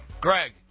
Greg